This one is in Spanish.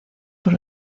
por